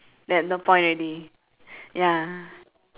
then no point already ya